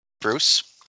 Bruce